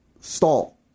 stall